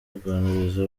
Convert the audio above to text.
aganiriza